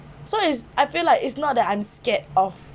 so is I feel like is not that I'm scared of